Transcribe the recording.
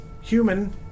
human